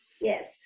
Yes